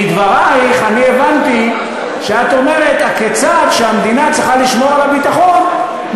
מדברייך אני הבנתי שאת אומרת: הכיצד המדינה שצריכה לשמור על הביטחון,